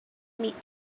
meet